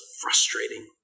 frustrating